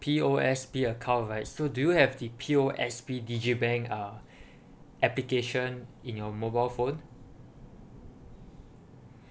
P_O_S_B account right so do you have the P_O_S_B digibank uh application in your mobile phone